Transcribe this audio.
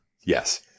Yes